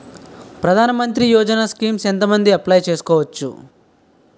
ప్రధాన మంత్రి యోజన స్కీమ్స్ ఎంత మంది అప్లయ్ చేసుకోవచ్చు?